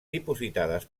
dipositades